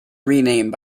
renamed